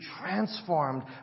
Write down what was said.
transformed